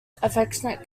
affectionate